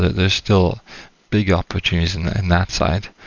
there's still big opportunities in and that side.